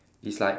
it's like